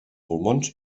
pulmons